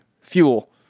fuel